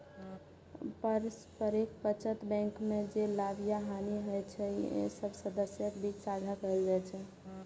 पारस्परिक बचत बैंक मे जे लाभ या हानि होइ छै, से सब सदस्यक बीच साझा कैल जाइ छै